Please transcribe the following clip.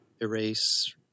erase